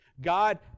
God